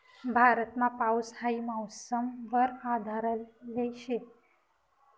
भारतमा पाऊस हाई मौसम वर आधारले शे